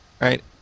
right